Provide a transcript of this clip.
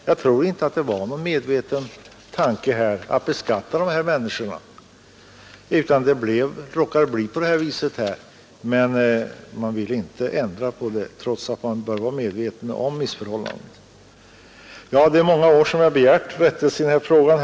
Jag tror inte att det var någon medveten tanke att beskatta de här människorna, utan det råkade bli på det viset, men man vill inte ändra på det trots att man bör vara medveten om missförhållandena. Det är många år som vi nu har begärt rättelse i frågan.